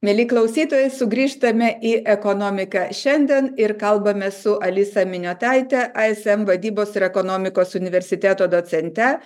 mieli klausytojai sugrįžtame į ekonomiką šiandien ir kalbame su alisa miniotaite ism vadybos ir ekonomikos universiteto docente